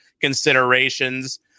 considerations